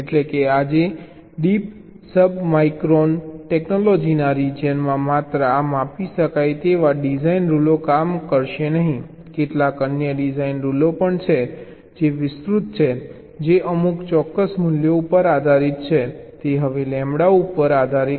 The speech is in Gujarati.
એટલે કે આજે ડીપ સબમાઇક્રોન ટેક્નોલોજીના રીજીયનમાં માત્ર આ માપી શકાય તેવા ડિઝાઇન રૂલો કામ કરશે નહીં કેટલાક અન્ય ડિઝાઇન રૂલો પણ છે જે વિસ્તૃત છે જે અમુક ચોક્કસ મૂલ્યો ઉપર આધારિત છે તે હવે લેમ્બડા ઉપર આધારિત નથી